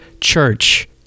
church